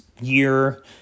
Year